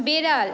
বেড়াল